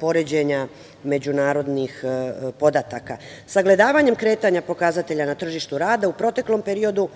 poređenja međunarodnih podataka. Sagledavanjem kretanja pokazatelja na tržištu rada u proteklom periodu,